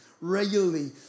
regularly